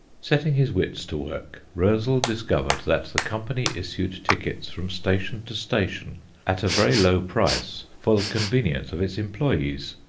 setting his wits to work, roezl discovered that the company issued tickets from station to station at a very low price for the convenience of its employes.